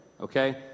okay